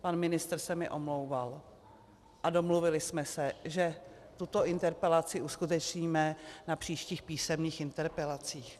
Pan ministr se mi omlouval a domluvili jsme se, že tuto interpelaci uskutečníme na příštích písemných interpelacích.